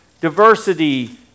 diversity